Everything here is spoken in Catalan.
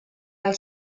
del